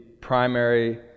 primary